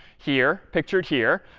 here, pictured here,